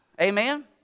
Amen